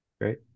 Great